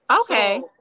Okay